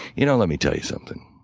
you know, let me tell you something.